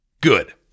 Good